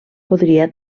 podria